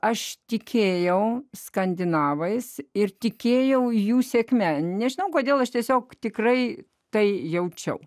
aš tikėjau skandinavais ir tikėjau jų sėkme nežinau kodėl aš tiesiog tikrai tai jaučiau